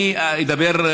אני אדבר,